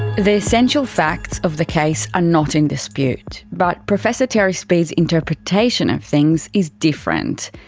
the essential facts of the case are not in dispute. but professor terry speed's interpretation of things is different.